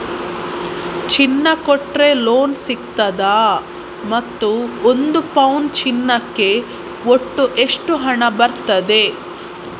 ಚಿನ್ನ ಕೊಟ್ರೆ ಲೋನ್ ಸಿಗ್ತದಾ ಮತ್ತು ಒಂದು ಪೌನು ಚಿನ್ನಕ್ಕೆ ಒಟ್ಟು ಎಷ್ಟು ಹಣ ಬರ್ತದೆ?